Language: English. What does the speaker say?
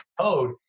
code